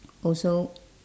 also